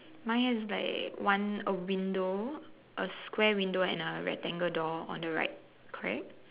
mine has like one a window a square window and a rectangle door on the right correct